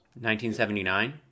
1979